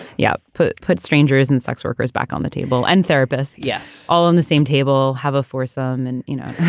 yeah. put put strangers and sex workers back on the table and therapist. yes. all on the same table. have a foursome and, you know,